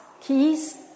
keys